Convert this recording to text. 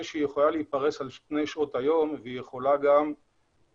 שהיא יכולה להתפרש על שעות היום ויכולה להוות